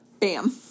Bam